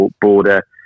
border